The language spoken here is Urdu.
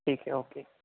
ٹھیک ہے اوکے